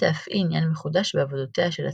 הציתה אף היא עניין מחודש בעבודותיה של הציירת.